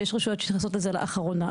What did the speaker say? ויש רשויות שנכנסות לזה לאחרונה.